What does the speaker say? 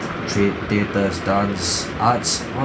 treat theatres dance arts all